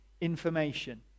information